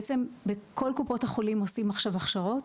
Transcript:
בעצם בכל קופות החולים עושים עכשיו הכשרות.